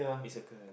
is a girl